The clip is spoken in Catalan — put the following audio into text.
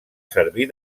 servir